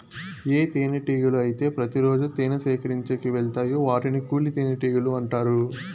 ఏ తేనెటీగలు అయితే ప్రతి రోజు తేనె సేకరించేకి వెలతాయో వాటిని కూలి తేనెటీగలు అంటారు